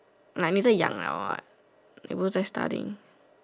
like 你的养了 what 你不在 studying